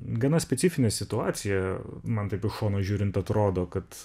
gana specifinė situacija man taip iš šono žiūrint atrodo kad